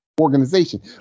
organization